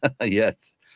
Yes